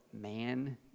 man